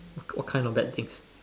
what what kind of bad things